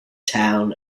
town